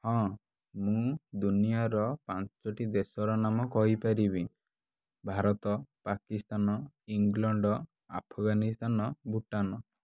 ହଁ ମୁଁ ଦୁନିଆର ପାଞ୍ଚଟି ଦେଶର ନାମ କହିପାରିବି ଭାରତ ପାକିସ୍ତାନ ଇଂଲଣ୍ଡ ଆଫଗାନିସ୍ତାନ ଭୁଟାନ